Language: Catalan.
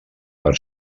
per